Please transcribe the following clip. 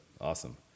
Awesome